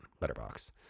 letterbox